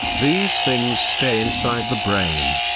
these things stay inside the brain.